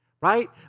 right